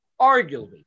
arguably